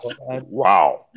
Wow